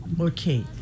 Okay